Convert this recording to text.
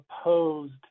opposed